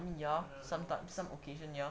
ya sometimes some occasion ya